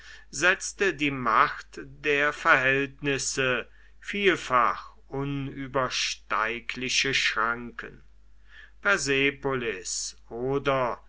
setzte die macht der verhältnisse vielfach unübersteigliche schranken persepolis oder